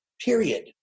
period